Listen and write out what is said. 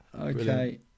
Okay